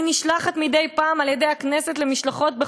אני נשלחת מדי פעם על-ידי הכנסת לחו"ל,